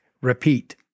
repeat